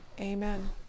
Amen